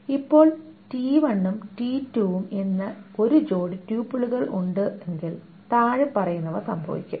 ഇപ്പോൾ t1 ഉം t2 ഉം എന്ന ഒരു ജോടി ട്യൂപ്പിലുകൾ ഉണ്ടെങ്കിൽ താഴെ പറയുന്നവ സംഭവിക്കും